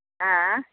ऑंय